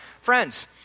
Friends